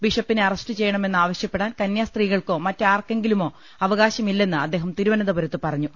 ബിഷപ്പിനെ അറസ്റ്റ് ചെയ്യണമെന്ന് ആവശ്യപ്പെടാൻ കന്യാസ്ത്രീകൾക്കോ മറ്റാർക്കെങ്കിലുമോ അവകാശമില്ലെന്ന് അദ്ദേഹം തിരുവനന്ത പുരത്ത് പറഞ്ഞു